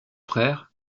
frère